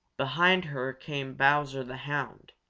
behind her came bowser the hound,